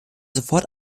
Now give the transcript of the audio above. sofort